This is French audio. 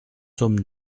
sommes